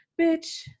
Bitch